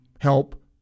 help